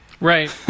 Right